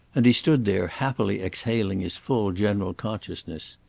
and he stood there happily exhaling his full general consciousness.